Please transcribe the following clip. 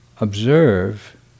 observe